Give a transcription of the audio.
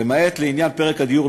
למעט לעניין פרק הדיור,